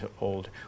old